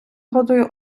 згодою